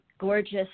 gorgeous